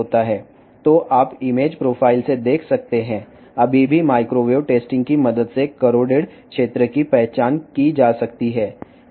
కాబట్టి మీరు image profile నుండి గమనిస్తే మైక్రోవేవ్ పరీక్ష సహాయంతో తుప్పు పట్టిన ప్రాంతాన్ని గుర్తించవచ్చును